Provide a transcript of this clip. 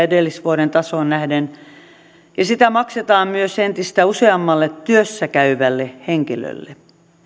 edellisvuoden tasoon nähden sitä maksetaan myös entistä useammalle työssä käyvälle henkilölle